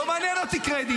לא מעניין אותי קרדיט,